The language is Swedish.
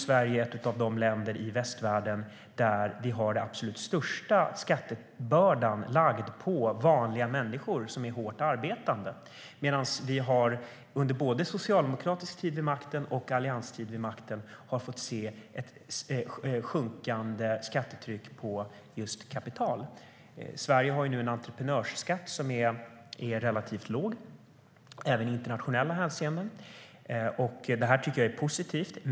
Sverige är ett av de länder i västvärlden där den absolut största skattebördan ligger på vanliga, hårt arbetande människor. Vi har samtidigt, under både socialdemokratisk tid vid makten och allianstid vid makten, fått se ett sjunkande skattetryck på just kapital. Sverige har nu en entreprenörsskatt som är relativt låg, även i internationellt hänseende, och det tycker jag är positivt.